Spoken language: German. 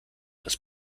des